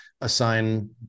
assign